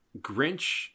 Grinch